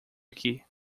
aqui